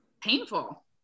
painful